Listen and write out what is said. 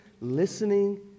Listening